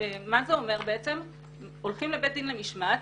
זה אומר שהולכים לבית דין למשמעת,